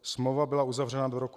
Smlouva byla uzavřena do roku 2028.